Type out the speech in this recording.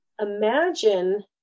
imagine